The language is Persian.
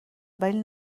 ولی